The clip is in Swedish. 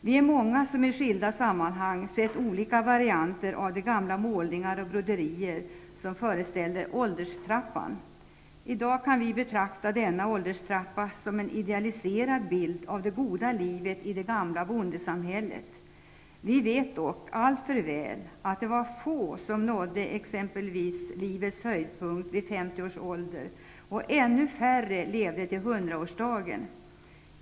Vi är många som i skilda sammanhang sett olika varianter av gamla målningar och broderier som föreställer ålderstrappan. I dag kan vi betrakta denna ålderstrappa som en idealiserad bild av det goda livet i det gamla bondesamhället. Vi vet dock alltför väl att det var få som nådde exempelvis livets höjdpunkt vid 50 års ålder och att ännu färre levde till hundraårsdagen.